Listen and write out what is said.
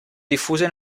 diffuse